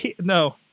No